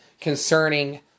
concerning